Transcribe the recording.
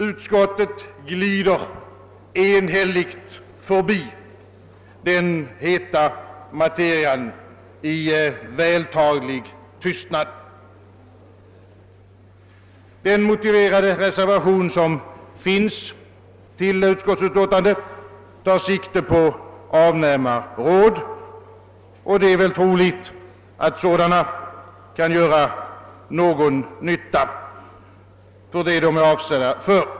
Utskottet glider enhälligt förbi den heta materian i vältalig tystnad. Den motiverade reservation som finns till utskottsutlåtandet tar sikte på avnämarråd, och det är väl troligt att sådana kan göra någon nytta i det avseende som de är avsedda för.